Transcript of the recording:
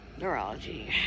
Neurology